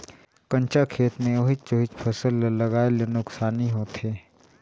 कंचा खेत मे ओहिच ओहिच फसल ल लगाये ले नुकसानी होथे